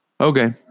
okay